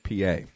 PA